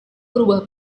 berubah